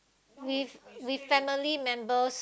with with family member